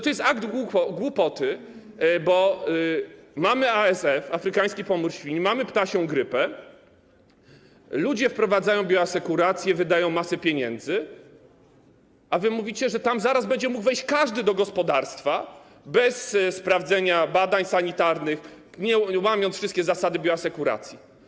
To jest akt głupoty, bo mamy ASF - afrykański pomór świń, mamy ptasią grypę, ludzie wprowadzają bioasekurację, wydają masę pieniędzy, a wy mówicie, że zaraz każdy będzie mógł wejść do gospodarstwa bez sprawdzenia badań sanitarnych, łamiąc wszystkie zasady bioasekuracji.